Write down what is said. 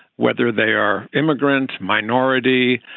whether they are immigrant, minority,